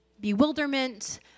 bewilderment